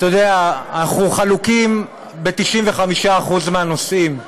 אתה יודע, אנחנו חלוקים ב-95% מהנושאים,